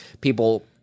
people